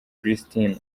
kristina